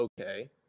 okay